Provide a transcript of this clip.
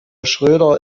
schröder